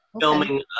filming